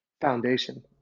foundation